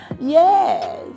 Yes